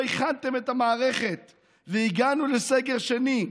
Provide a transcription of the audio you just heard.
לא הכנתם את המערכת והגענו לסגר שני.